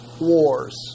Wars